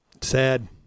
Sad